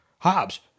hobbs